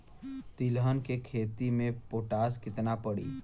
तिलहन के खेती मे पोटास कितना पड़ी?